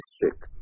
District